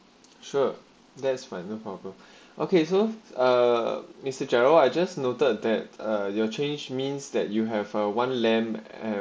sure that's right no problem okay so uh mister gerald I just noted that uh your change means that you have a one lamp and